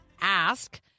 Ask